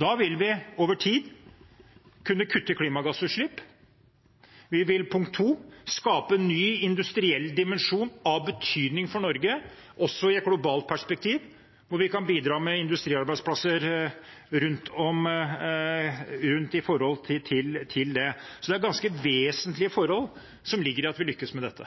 Da vil vi over tid kunne kutte klimagassutslipp, og vi vil skape en ny industriell dimensjon av betydning for Norge – også i et globalt perspektiv, hvor vi kan bidra med industriarbeidsplasser. Så det er ganske vesentlige forhold som ligger i at vi lykkes med dette.